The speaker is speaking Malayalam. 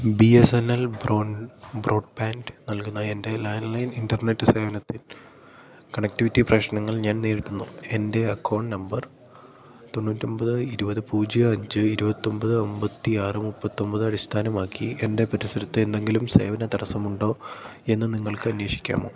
B S N L broadband നൽകുന്ന എൻ്റെ ലാൻലൈൻ ഇൻ്റെർനെറ്റ് സേവനത്തിൽ കണക്റ്റിവിറ്റി പ്രശ്നങ്ങൾ ഞാൻ നേരിടുന്നു എൻ്റെ അക്കൗണ്ട് നമ്പർ തൊണ്ണൂറ്റൊമ്പത് ഇരുപത് പൂജ്യം അഞ്ച് ഇരുപത്തൊമ്പത് അമ്പത്തിയാറ് മുപ്പത്തൊമ്പത് അടിസ്ഥാനമാക്കി എൻ്റെ പരിസരത്ത് എന്തെങ്കിലും സേവന തടസ്സമുണ്ടോ എന്ന് നിങ്ങൾക്ക് അന്വേഷിക്കാമോ